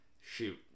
shoot